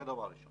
זה דבר ראשון.